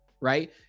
right